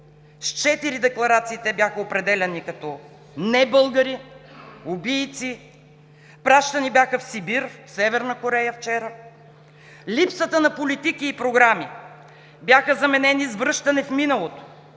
С четири декларации те бяха определяни като не-българи, убийци, пращани бяха в Сибир, в Северна Корея вчера. Липсата на политики и програми беше заменена с връщане в миналото,